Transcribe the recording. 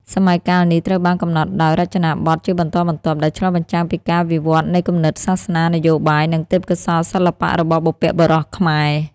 សម័យកាលនេះត្រូវបានកំណត់ដោយ រចនាបថ ជាបន្តបន្ទាប់ ដែលឆ្លុះបញ្ចាំងពីការវិវត្តនៃគំនិតសាសនា នយោបាយ និងទេពកោសល្យសិល្បៈរបស់បុព្វបុរសខ្មែរ។